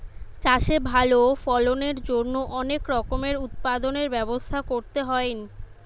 চাষে ভালো ফলনের জন্য অনেক রকমের উৎপাদনের ব্যবস্থা করতে হইন